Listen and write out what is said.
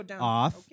Off